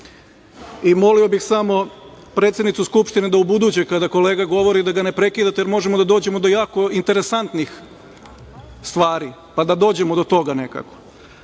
Molio bih samo predsednicu Skupštine da ubuduće kada kolega govori da ga ne prekidate, jer možemo da dođemo do jako interesantnih stvari, pa da dođemo do toga nekako.